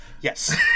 Yes